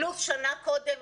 פלוס שנה קודם,